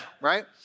right